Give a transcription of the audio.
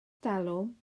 talwm